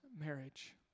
marriage